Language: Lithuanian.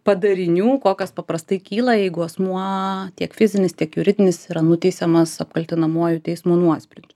padarinių kokios paprastai kyla jeigu asmuo tiek fizinis tiek juridinis yra nuteisiamas apkaltinamuoju teismo nuosprendžiu